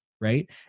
right